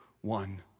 one